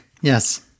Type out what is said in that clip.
Yes